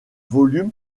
volume